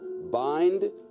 BIND